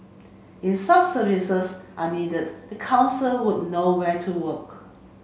if sub services are needed the council would know where to work